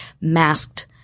masked